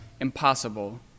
impossible